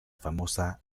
famosa